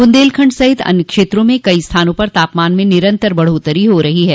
बुन्देलखंड सहित अन्य क्षेत्रों में कई स्थानों पर तापमान में निरन्तर बढ़ोत्तरी हो रही है